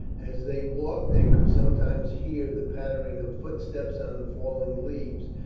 as they walked they could sometimes hear the pattering of footsteps on the falling leaves,